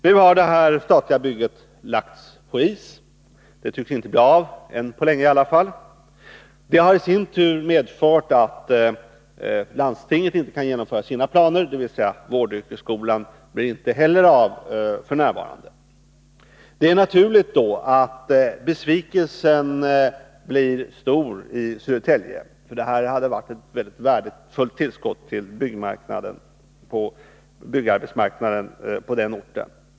Nu har det statliga bygget lagts på is. I varje fall tycks det inte bli av än på länge. Detta har i sin tur medfört att landstingets planer på att bygga en vårdyrkesskola inte heller kan förverkligas f.n. Det är naturligt att besvikelsen blir stor i Södertälje, eftersom det här skulle varit ett värdefullt tillskott på ortens byggarbetsmarknad.